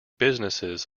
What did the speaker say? businesses